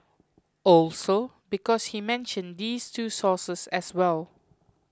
also because he mentioned these two sources as well